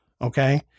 Okay